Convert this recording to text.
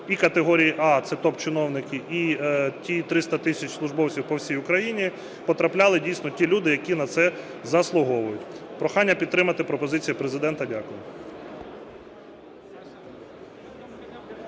і категорії "А", це топ-чиновники, і ті 300 тисяч службовців по всій Україні, потрапляли дійсно ті люди, які на це заслуговують. Прохання підтримати пропозиції Президента. Дякую.